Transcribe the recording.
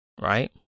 Right